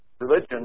religion